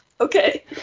Okay